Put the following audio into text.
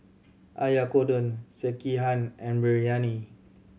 Oyakodon Sekihan and Biryani